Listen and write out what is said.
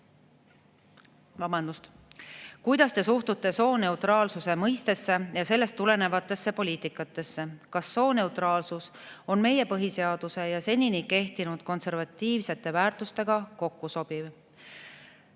küsimus: "Kuidas Te suhtute sooneutraalsuse mõistesse ja sellest tulenevatesse poliitikatesse? Kas sooneutraalsus on meie Põhiseaduse ja senini kehtinud konservatiivsete väärtustega kokkusobiv?"